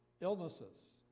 illnesses